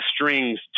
strings